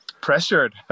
pressured